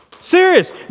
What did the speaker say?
Serious